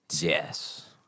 Yes